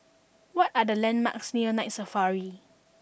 what are the landmarks near Night Safari